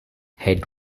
head